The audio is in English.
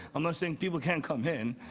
i'm not saying people can't come in.